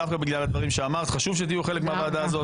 דווקא בגלל הדברים שאמרת חשוב שתהיו חלק מהוועדה הזאת.